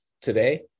today